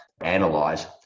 analyze